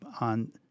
on